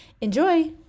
Enjoy